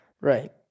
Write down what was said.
Right